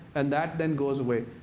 and that then goes away.